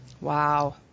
Wow